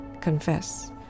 confess